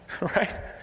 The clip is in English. right